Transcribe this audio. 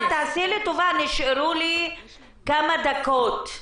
נשארו לי כמה דקות,